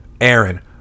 Aaron